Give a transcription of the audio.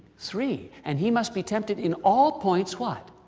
three. and he must be tempted in all points, what.